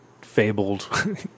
fabled